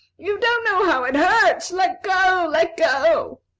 you don't know how it hurts. let go! let go!